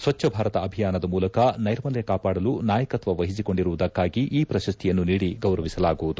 ಸ್ವಚ್ದ ಭಾರತ ಅಭಿಯಾನದ ಮೂಲಕ ನೈರ್ಮಲ್ಯ ಕಾಪಾಡಲು ನಾಯಕತ್ವ ವಹಿಸಿಕೊಂಡಿರುವುದಕ್ಕಾಗಿ ಈ ಪ್ರಶಸ್ತಿಯನ್ನು ನೀಡಿ ಗೌರವಿಸಲಾಗುವುದು